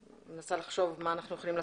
אני מנסה לחשוב מה אנחנו יכולים לעשות.